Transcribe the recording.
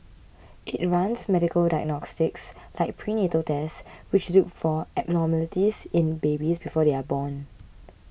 it runs medical diagnostics like prenatal tests which look for abnormalities in babies before they are born